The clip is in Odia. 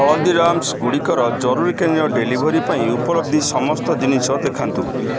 ହଳଦୀରାମ୍ସ୍ଗୁଡ଼ିକର ଜରୁରୀକାଳୀନ ଡେଲିଭରି ପାଇଁ ଉପଲବ୍ଧ ସମସ୍ତ ଜିନିଷ ଦେଖାନ୍ତୁ